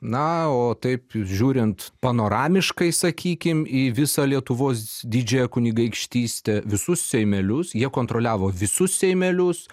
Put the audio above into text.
na o taip žiūrint panoramiškai sakykim į visą lietuvos didžiąją kunigaikštystę visus seimelius jie kontroliavo visus seimelius